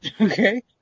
Okay